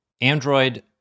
Android